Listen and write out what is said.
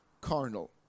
carnal